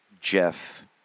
Jeff